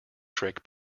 trick